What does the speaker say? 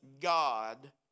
God